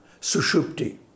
sushupti